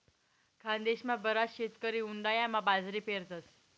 खानदेशमा बराच शेतकरी उंडायामा बाजरी पेरतस